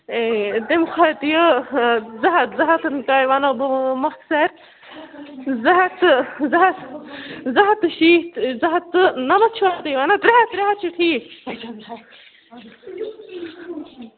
ہے تمہِ کھۄتہٕ یہِ زٕ ہتھ زٕ ہتھ تۄہہِ وَنو بہٕ مۄخثر زٕ ہَتھ تہٕ زٕ ہَتھ زٕ ہَتھ تہٕ شیٖتھ زٕ ہَتھ تہٕ نَمتھ چھُو حظ تۄہہِ وَنان ترٛےٚ ہتھ ترٛےٚ ہتھ چھُ ٹھیٖک